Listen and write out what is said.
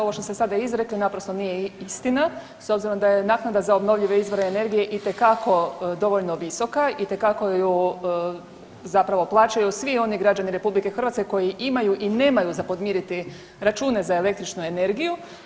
Ovo što ste sada izrekli naprosto nije istina, s obzirom da je naknada za obnovljive izvore energije itekako dovoljno visoka, itekako ju zapravo plaćaju svi oni građani RH koji imaju i nemaju za podmiriti račune za električnu energiju.